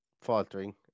faltering